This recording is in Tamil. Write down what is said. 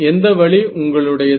எந்த வழி உங்களுடையது